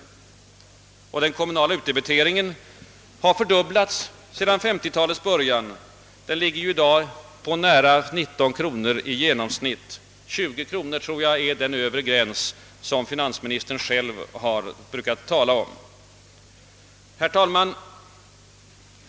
Den kommunala utdebiteringen har fördubblats sedan 1950-talets början. Den är i dag nära 19 kronor i genomsnitt. 20 kronor är den övre gräns som finansministern själv har brukat tala om. Herr talman!